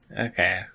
Okay